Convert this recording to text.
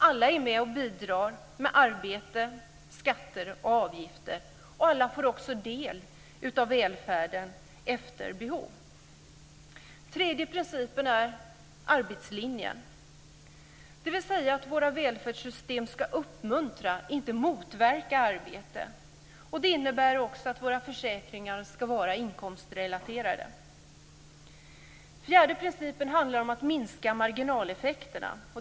Alla är med och bidrar med arbete, skatter och avgifter och alla får också del av välfärden efter behov. Den tredje principen är arbetslinjen, dvs. att våra välfärdssystem ska uppmuntra, inte motverka, arbete. Det innebär också att våra försäkringar ska vara inkomstrelaterade. Den fjärde principen handlar om att minska marginaleffekterna.